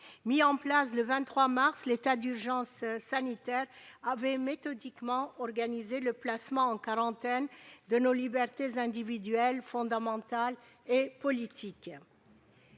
Mis en place le 23 mars dernier, l'état d'urgence sanitaire avait méthodiquement organisé le placement en quarantaine de nos libertés individuelles, fondamentales et politiques.